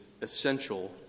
essential